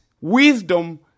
wisdom